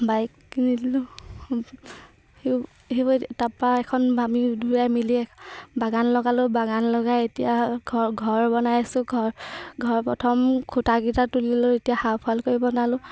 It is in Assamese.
বাইক কিনিলোঁ সিয়ো সেই তাৰপৰা এখন আমি দূৰাই মিলি বাগান লগালোঁ বাগান লগাই এতিয়া ঘৰ ঘৰ বনাই আছো ঘৰ ঘৰ প্ৰথম খুটাকেইটা তুলি লওঁ এতিয়া হাফ ৱাল কৰি বনালোঁ